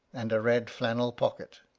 and a red flannel pocket.